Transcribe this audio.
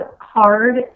hard